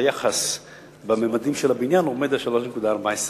שהיחס בממדים של הבניין עומד על 3.14,